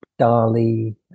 dali